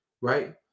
right